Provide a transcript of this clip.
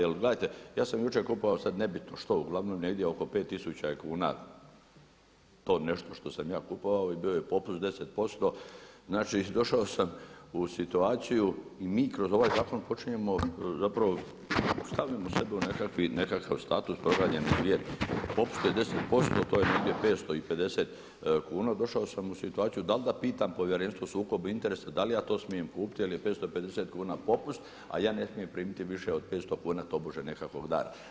Jer gledajte, ja sam jučer kupovao, sada nebitno što, uglavnom negdje oko 5000 tisuća je kuna to nešto što sam ja kupovao i bio je popust 10%, znači došao sam u situaciju i mi kroz ovaj zakon počinjenom zapravo, stavljamo sebe u nekakav status, proganjane zvijeri, popust je 10%, to je negdje 550 kuna, došao sam u situaciju da li da pitam Povjerenstvo o sukobu interesa da li ja to smijem kupiti jer je 550 kuna popust a ja ne smijem primiti više od 500 kuna tobože nekakvog dara.